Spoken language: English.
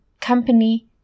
company